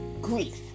grief